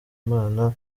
imana